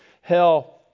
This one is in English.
hell